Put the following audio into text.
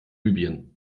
libyen